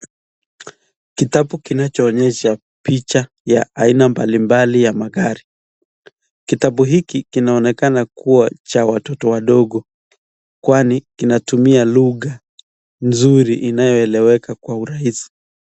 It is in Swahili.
Kitabu kinachoonesha picha ya aina mbalimbali ya magari. Kitabu hiki kinaonekana kua cha watoto wadogo kwani kinatumia lugha nzuri inayoeleweka kwa urahisi.